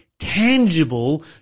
tangible